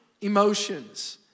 emotions